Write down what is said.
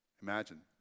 Imagine